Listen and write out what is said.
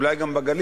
אולי גם בגליל,